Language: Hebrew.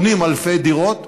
קונים אלפי דירות,